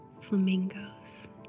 flamingos